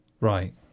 Right